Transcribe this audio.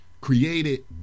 created